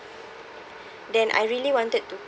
the I really wanted to